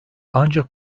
ancak